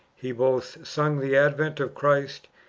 he both sung the advent of christ,